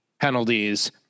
penalties